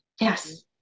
Yes